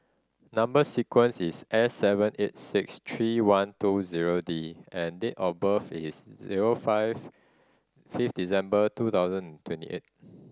number sequence is S seven eight six three one two zero D and date of birth is zero five fifth December two thousand twenty eight